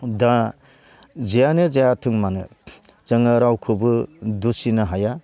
दा जियानो जायाथों मानो जोङो रावखौबो दुसिनो हाया